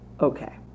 Okay